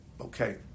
Okay